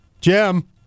Jim